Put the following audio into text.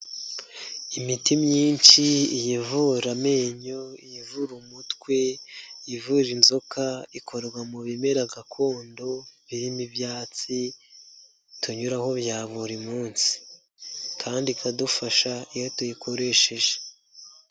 Imiti myinshi ivura amenyo, ivura umutwe, ivura inzoka, ikorwa mu bimera gakondo, birimo ibyatsi tunyuraho bya buri munsi kandi ikadufasha iyo tuyikoresheje.